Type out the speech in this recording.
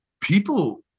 people